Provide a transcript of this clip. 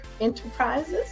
Enterprises